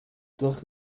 durch